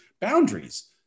boundaries